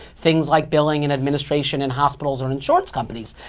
things like billing, and administration, and hospitals and insurance companies.